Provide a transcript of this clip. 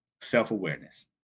self-awareness